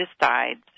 decides